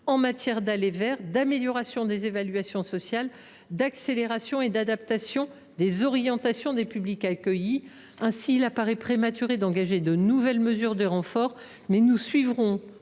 en matière d’« aller vers », d’amélioration des évaluations sociales, d’accélération et d’adaptation des orientations des publics accueillis. Ainsi, il paraît prématuré d’engager de nouvelles mesures de renfort, mais nous suivrons,